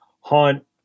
hunt